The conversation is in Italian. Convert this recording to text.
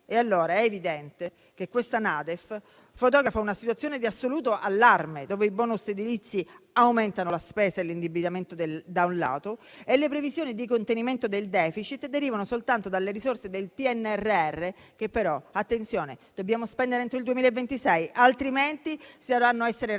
Allora è evidente che questa NADEF fotografa una situazione di assoluto allarme, dove i *bonus* edilizi aumentano la spesa e l'indebitamento da un lato e le previsioni di contenimento del *deficit* derivano soltanto dalle risorse del PNRR che però, attenzione, dobbiamo spendere entro il 2026, altrimenti dovranno essere restituite